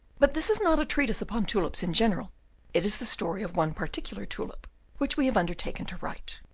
but this is not a treatise upon tulips in general it is the story of one particular tulip which we have undertaken to write,